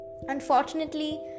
Unfortunately